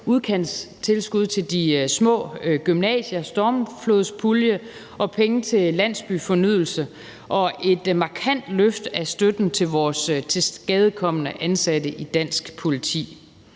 udkantstilskud til de små gymnasier, stormflodspulje, penge til landsbyfornyelse og et markant løft af støtten til vores tilskadekomne ansatte i dansk politi.